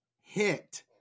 hit